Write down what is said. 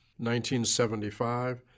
1975